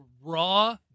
raw